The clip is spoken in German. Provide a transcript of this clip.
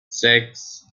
sechs